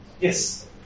Yes